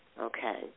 okay